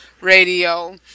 radio